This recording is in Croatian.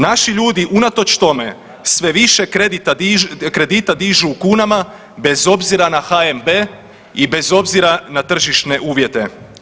Naši ljudi unatoč tome sve više kredita dižu u kunama bez obzira na HNB i bez obzira na tržišne uvjete.